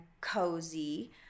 cozy